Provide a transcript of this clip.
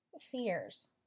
fears